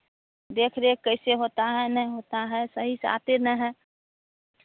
देख रेख कैसे होता है नहीं होता है सही से आते नहीं है